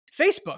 Facebook